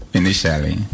initially